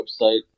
website